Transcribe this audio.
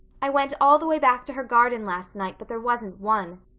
i went all the way back to her garden last night but there wasn't one.